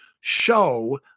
show